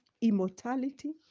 immortality